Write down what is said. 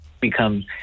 become